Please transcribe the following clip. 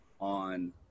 on